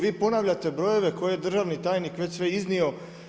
Vi ponavljate brojeve koje je državni tajnik već sve iznio.